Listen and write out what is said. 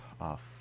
off